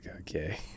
Okay